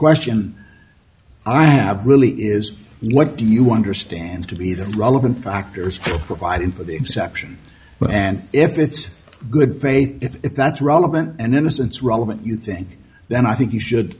question i have really is what do you understand to be the relevant factors providing for the exception and if it's good faith if that's relevant and innocence relevant you think then i think you